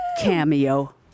cameo